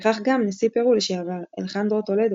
וכך גם נשיא פרו לשעבר אלחנדרו טולדו,